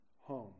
home